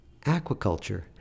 Aquaculture